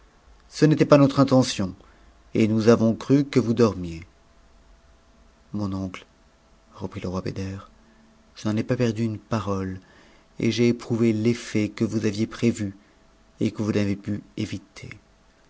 ce n'était pas notre intention et nous avons cru que vous dormiez mon oncle reprit te roi bedcr je n'en ai pas perdu une par ole et j'ai éprouvé l'effet que vous aviez prévu et que vo n'avez pu éviter